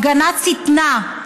הפגנת שטנה,